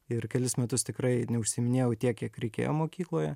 ir kelis metus tikrai neužsiiminėjau tiek kiek reikėjo mokykloje